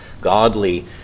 godly